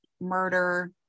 murder